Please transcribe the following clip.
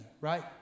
right